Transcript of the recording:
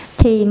thì